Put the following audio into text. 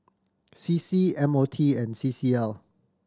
C C M O T and C C L